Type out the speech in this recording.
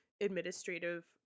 administrative